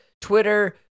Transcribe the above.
Twitter